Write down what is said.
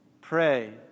pray